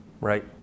Right